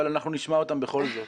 אבל אנחנו נשמע אותם בכל זאת.